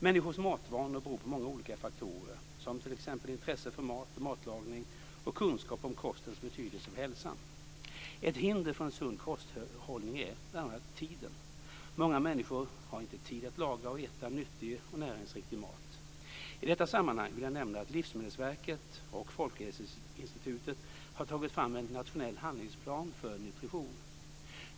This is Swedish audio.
Människors matvanor beror på många olika faktorer, t.ex. intresse för mat och matlagning och kunskap om kostens betydelse för hälsan. Ett hinder för en sund kosthållning är bl.a. tiden. Många människor har inte tid att laga och äta nyttig och näringsriktig mat. I detta sammanhang vill jag nämna att Livsmedelsverket och Folkhälsoinstitutet har tagit fram en nationell handlingsplan för nutrition.